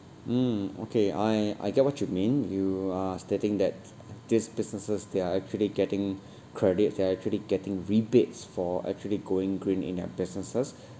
mm okay I I get what you mean you are stating that these businesses they are actually getting credit they are actually getting rebates for actually going green in their businesses